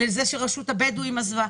לזה שרשות הבדואים עזבה?